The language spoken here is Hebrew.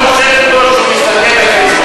זנדברג.